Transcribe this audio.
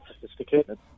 sophisticated